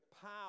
power